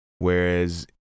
Whereas